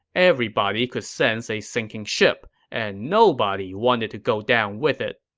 everybody could sense a sinking ship, and nobody wanted to go down with it.